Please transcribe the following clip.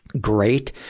great